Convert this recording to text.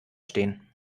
stehen